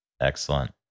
Excellent